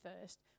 first